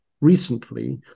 recently